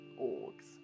orgs